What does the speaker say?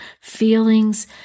feelings